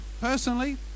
Personally